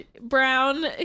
brown